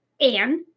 Anne